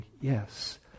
yes